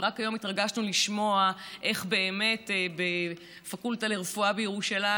ורק היום התרגשנו לשמוע איך בפקולטה לרפואה בירושלים